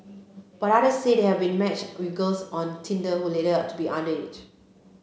but others say they have been matched with girls on Tinder who later turned out to be under it